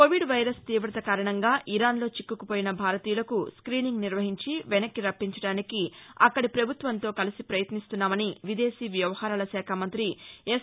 Covid virus తీవత కారణంగా ఇరాన్లో చిక్కుకుపోయిన భారతీయులకు స్ట్మీనింగ్ నిర్వహించి వెనక్కి రప్పించడానికి అక్కడి పభుత్వంతో కలిసి పయత్నిస్తున్నామని కేంద్ర విదేశీ వ్యవహారాల శాఖ మంతి ఎస్